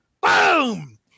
Boom